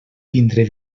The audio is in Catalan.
tindre